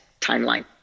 timeline